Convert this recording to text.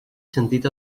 sentit